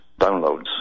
downloads